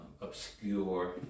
obscure